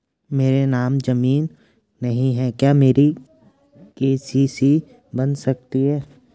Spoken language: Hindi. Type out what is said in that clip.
मेरे नाम ज़मीन नहीं है क्या मेरी के.सी.सी बन सकती है?